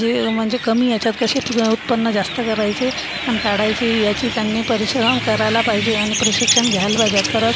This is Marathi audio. जे मनजे कमी याच्यात कशे फुगं उत्पन्न जास्त करायचे अन् काढायची याची त्यांनी परिश्रम कराला पायजे आनि प्रशिक्षन घ्यायला पायजेएत तरच